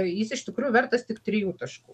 jis iš tikrųjų vertas tik trijų taškų